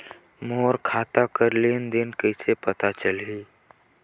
मोर खाता कर लेन देन कइसे पता चलही?